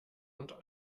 und